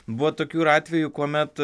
buvo tokių ir atvejų kuomet